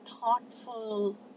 thoughtful